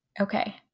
Okay